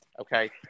okay